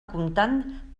comptant